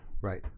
right